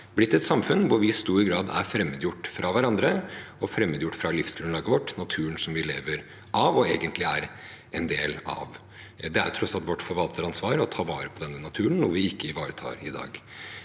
blitt et samfunn hvor vi i stor grad er fremmedgjort fra hverandre og fremmedgjort fra livsgrunnlaget vårt, naturen som vi lever av og egentlig er en del av. Det er tross alt vårt forvalteransvar å ta vare på naturen, noe vi ikke ivaretar i dag.